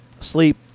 sleep